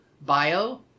bio